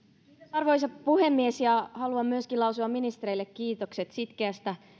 arvoisa puhemies myöskin minä haluan lausua ministereille kiitokset sitkeästä